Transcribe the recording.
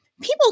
people